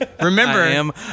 Remember